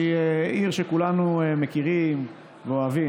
שהיא עיר שכולנו מכירים ואוהבים,